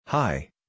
Hi